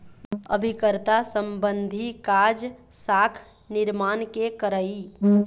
अभिकर्ता संबंधी काज, साख निरमान के करई